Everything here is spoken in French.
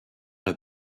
est